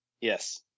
Yes